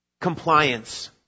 compliance